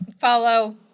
follow